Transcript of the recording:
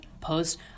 post